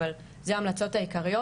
אבל זה ההמלצות העיקריות.